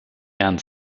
herrn